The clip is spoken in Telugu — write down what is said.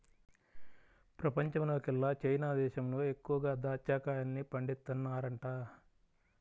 పెపంచంలోకెల్లా చైనా దేశంలో ఎక్కువగా దాచ్చా కాయల్ని పండిత్తన్నారంట